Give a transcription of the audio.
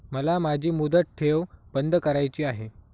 मला माझी मुदत ठेव बंद करायची आहे